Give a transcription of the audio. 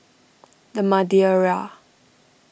the Madeira